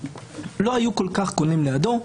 ולא היו כל כך קונים לידו,